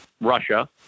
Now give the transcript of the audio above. Russia